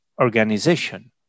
organization